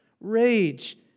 rage